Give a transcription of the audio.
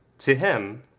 to him,